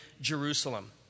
Jerusalem